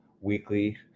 weekly